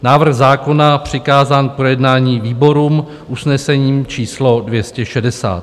Návrh zákona přikázán k projednání výborům usnesením číslo 260.